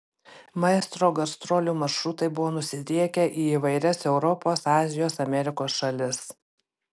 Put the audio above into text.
maestro gastrolių maršrutai buvo nusidriekę į įvairias europos azijos amerikos šalis